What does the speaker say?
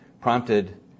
prompted